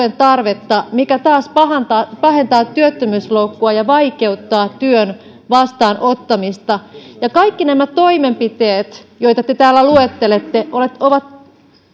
tarvetta mikä taas pahentaa työttömyysloukkua ja vaikeuttaa työn vastaanottamista kaikki nämä toimenpiteet joita te täällä luettelette ovat ovat